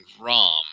ROM